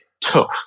tough